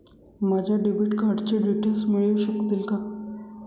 माझ्या डेबिट कार्डचे डिटेल्स मिळू शकतील का?